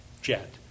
jet